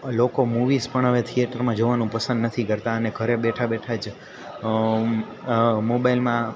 લોકો મૂવીઝ પણ હવે થિએટરમાં જવાનું પસંદ નથી કરતાં અને ઘરે બેઠા બેઠા જ મોબાઈલમાં